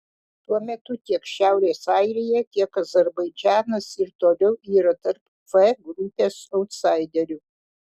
tuo metu tiek šiaurės airija tiek azerbaidžanas ir toliau yra tarp f grupės autsaiderių